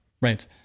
Right